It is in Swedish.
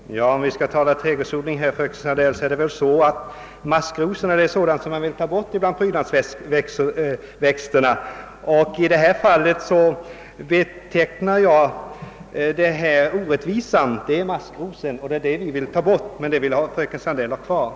Herr talman! Om vi skall tala trädgårdsodling här, fröken Sandell, är maskrosor sådant som man vill rensa bort från prydnadsväxterna. I detta fall betecknar jag orättvisan som maskrosor, och det är den som vi vill ta bort men som fröken Sandell vill ha kvar.